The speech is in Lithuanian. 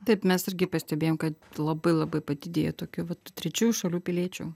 taip mes irgi pastebėjom kad labai labai padidėja tokių vat trečiųjų šalių piliečių